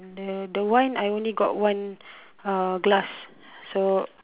the the one I only got one uh glass so